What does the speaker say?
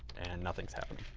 and nothing's happened.